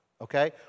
okay